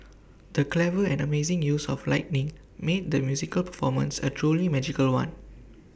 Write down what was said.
the clever and amazing use of lighting made the musical performance A truly magical one